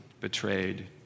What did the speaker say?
betrayed